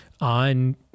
on